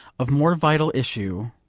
of more vital issue,